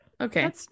Okay